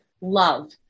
love